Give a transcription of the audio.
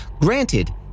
Granted